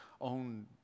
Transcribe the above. own